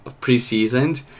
pre-seasoned